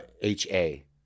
H-A